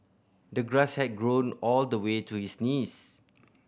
the grass had grown all the way to his knees